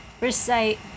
Recite